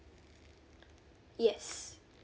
yes